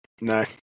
No